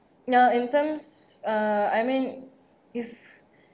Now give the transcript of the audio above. uh in terms uh I mean if